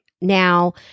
Now